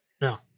no